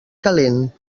calent